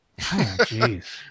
Jeez